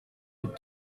with